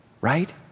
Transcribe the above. right